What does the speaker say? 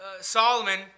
Solomon